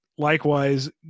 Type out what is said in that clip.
Likewise